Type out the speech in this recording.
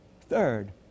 Third